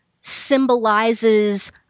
symbolizes